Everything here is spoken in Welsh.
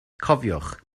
cofiwch